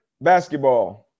basketball